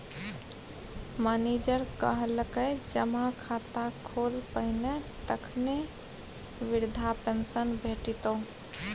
manager कहलकै जमा खाता खोल पहिने तखने बिरधा पेंशन भेटितौ